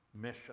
mission